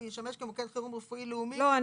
הוא ישמש כמוקד חירום רפואי לאומי -- לא,